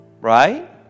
right